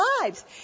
lives